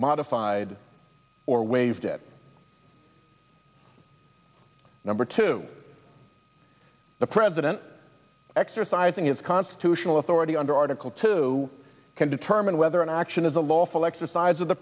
modified or waived it number two the president exercising his constitutional authority under article two can determine whether an action is a lawful exercise of the